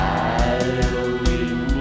Halloween